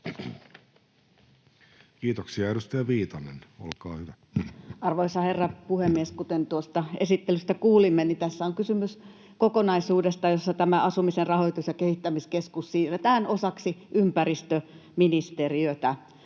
liittyviksi laeiksi Time: 15:08 Content: Arvoisa herra puhemies! Kuten tuosta esittelystä kuulimme, niin tässä on kysymys kokonaisuudesta, jossa tämä Asumisen rahoitus- ja kehittämiskeskus siirretään osaksi ympäristöministeriötä,